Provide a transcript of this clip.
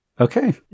Okay